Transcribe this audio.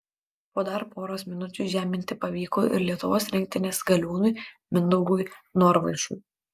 po dar poros minučių žeminti pavyko ir lietuvos rinktinės galiūnui mindaugui norvaišui